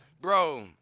Bro